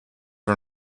are